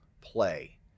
play